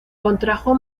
contrajo